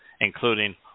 including